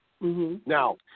Now